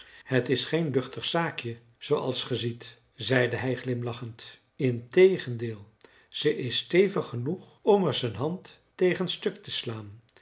het is geen luchtig zaakje zooals gij ziet zeide hij glimlachend integendeel ze is stevig genoeg om er zijn hand tegen stuk te slaan